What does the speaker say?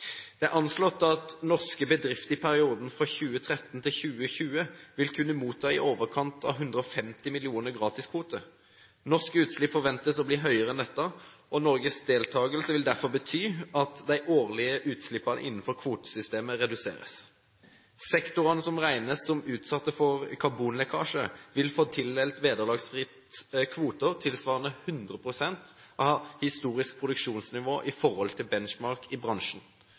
Det er anslått at norske bedrifter i perioden 2013–2020 vil kunne motta i overkant av 150 millioner gratiskvoter. Norske utslipp forventes å bli høyere enn dette, og Norges deltagelse vil derfor bety at de årlige utslippene innenfor kvotesystemet reduseres. Sektorer som regnes som utsatt for karbonlekkasje, vil få tildelt vederlagsfritt kvoter tilsvarende 100 pst. av historisk produksjonsnivå i forhold til benchmark i bransjen.